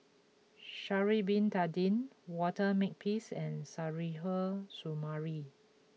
Sha'ari Bin Tadin Walter Makepeace and Suzairhe Sumari